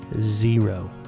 zero